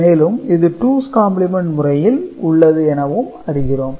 மேலும் இது two's complement முறையில் உள்ளது எனவும் அறிகிறோம்